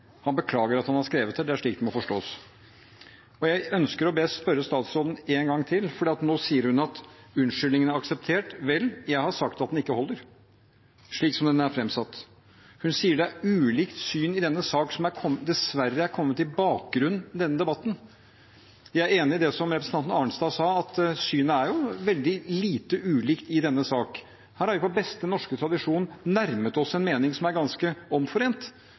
han ikke, han beklager at han har skrevet det. Det er slik det må forstås. Jeg ønsker å spørre statsråden én gang til – for nå sier hun at unnskyldningen er akseptert. Vel, jeg har sagt at den ikke holder, slik den er framsatt. Hun sier det er ulike syn i denne sak som dessverre er kommet i bakgrunnen i denne debatten. Jeg er enig i det som representanten Arnstad sa, at synene jo er veldig lite ulike i denne sak. Her har vi i beste norske tradisjon nærmet oss en mening som er ganske omforent,